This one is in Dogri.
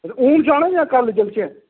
हून जाना जां कल्ल चलचै